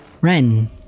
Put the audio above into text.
Ren